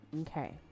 okay